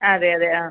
അതെ അതെ ആ